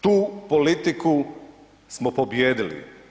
Tu politiku smo pobijedili.